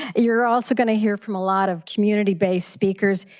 you are also going to hear from a lot of community-based speakers.